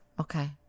Okay